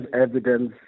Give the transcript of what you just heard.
evidence